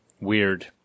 Weird